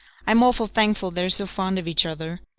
i'm awful thankful they're so fond of each other.